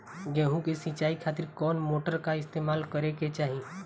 गेहूं के सिंचाई खातिर कौन मोटर का इस्तेमाल करे के चाहीं?